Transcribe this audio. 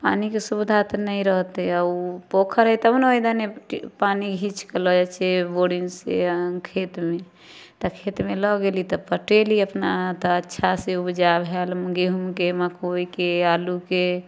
पानिके सुविधा तऽ नहि रहतै आओर ओ पोखरि हइ तब ने ओहिदने पानी घीचिकऽ लऽ जाइ छिए बोरिङ्गसँ आओर खेतमे तऽ खेतमे लऽ गेली तऽ पटैली अपना तऽ अच्छासँ उपजा भेल गहूमके मकइके आलूके